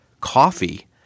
coffee